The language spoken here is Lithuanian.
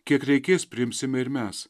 kiek reikės priimsime ir mes